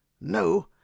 No